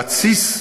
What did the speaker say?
להתסיס.